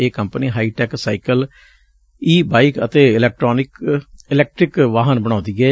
ਇਹ company high tech cycle e bike ਅਤੇ electric ਵਾਹਨ ਬਣਾਉਂਦੀ ਏ